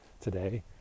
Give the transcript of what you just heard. today